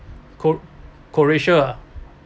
co~ croatia ah